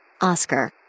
Oscar